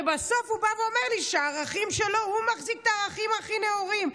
ובסוף הוא בא ואומר לי שהוא מחזיק בערכים הכי נאורים.